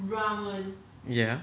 ya